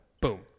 boom